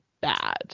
bad